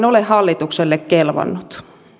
ole hallitukselle kelvannut